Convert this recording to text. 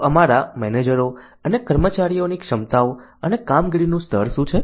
તો અમારા મેનેજરો અને કર્મચારીઓની ક્ષમતાઓ અને કામગીરીનું સ્તર શું છે